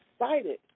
excited